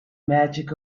magic